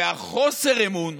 וחוסר האמון